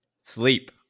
sleep